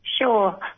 Sure